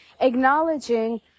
Acknowledging